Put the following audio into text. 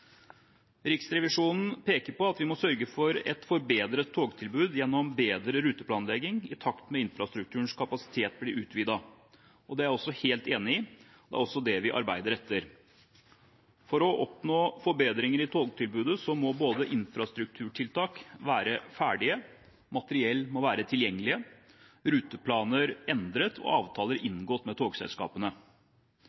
at vi må sørge for et forbedret togtilbud gjennom bedre ruteplanlegging i takt med at infrastrukturens kapasitet blir utvidet. Det er jeg også helt enig i. Det er også det vi arbeider etter. For å oppnå forbedringer i togtilbudet må infrastrukturtiltak være ferdig, materiell må være tilgjengelig, ruteplaner endret og avtaler